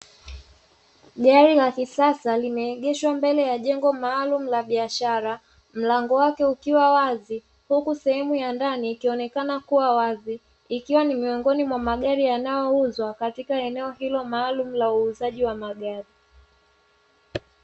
Gari la kisasa limeegeshwa mbele ya jengo maalumu la biashara mlango wake ukiwa wazi huku sehemu ya ndani ikionekana kuwa wazi, ikiwa ni miongoni mwa magari yanayouzwa katika eneo hilo maalumu la uuzaji wa magari.